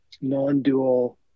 non-dual